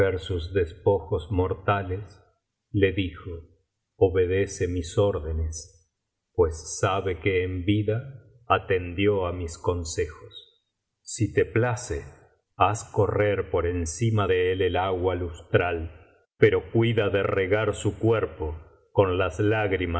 sus despojos mortales le dijo obedece mis órdenes pues sabe que en vida atendió á mis consejos si te place haz correr por encima de él él agua lustra pero cuida de regar su cuerpo con las lágrimas